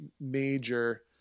major